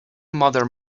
mother